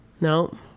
No